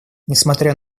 несмотря